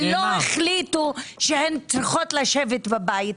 הן לא החליטו שהן צריכות לשבת בבית.